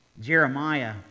Jeremiah